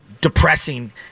depressing